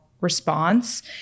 response